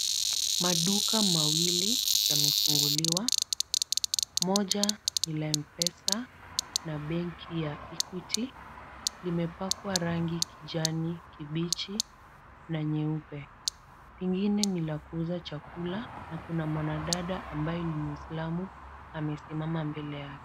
Maduka mawili yamefunguliwa, moja ni la m-pesa na benki ya Equity, limepakwa rangi kijani kibichi na nyeupe. Lingine ni la kuuza chakula na kuna mwanadada ambaye ni mwislamu amesimama mbele yake.